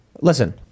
Listen